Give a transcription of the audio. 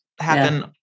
happen